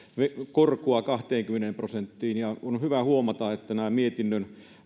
korkoa kahteenkymmeneen prosenttiin on hyvä huomata että nämä mietinnön